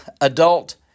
adult